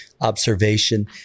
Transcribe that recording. observation